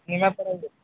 ନିମାପଡ଼ାରୁ